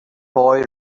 boy